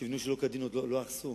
שנבנו שלא כדין עוד לא הרסו.